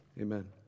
amen